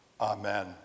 Amen